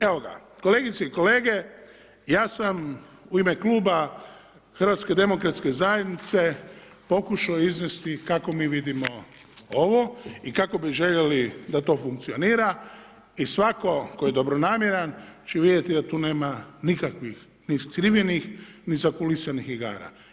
Evo ga, kolegice i kolege, ja sam u ime kluba HDZ-a pokušao izvesti kako mi vidimo ovo i kako bi željeli da to funkcionira i svako tko je dobronamjeran, će vidjeti da tu nema nikakvih ni iskrivljenih ni zakulisanih igara.